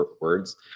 Words